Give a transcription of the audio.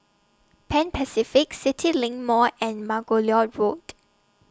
Pan Pacific CityLink Mall and Margoliouth Road